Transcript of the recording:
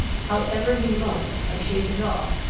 however remote, i shake it off,